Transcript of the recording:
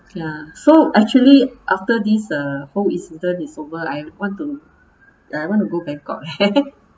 ya so actually after this uh whole incident is over I want to I want to go bangkok